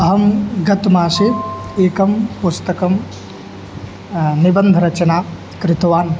अहं गत्मासे एकं पुस्तके निबन्धरचनां कृतवान्